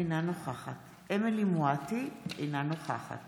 אינה נוכחת אמילי חיה מואטי, אינה נוכחת